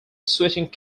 switching